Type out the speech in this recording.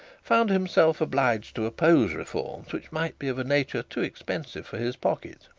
found himself obliged to oppose reforms which might be of a nature too expensive for his pocket.